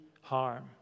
harm